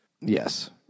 Yes